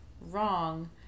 wrong